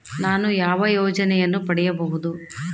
ನಾನು ಯಾವ ಯೋಜನೆಯನ್ನು ಪಡೆಯಬಹುದು?